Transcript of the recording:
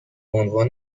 عنوان